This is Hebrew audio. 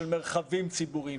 של מרחבים ציבוריים,